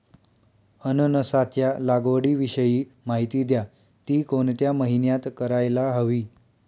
अननसाच्या लागवडीविषयी माहिती द्या, ति कोणत्या महिन्यात करायला हवी?